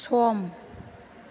सम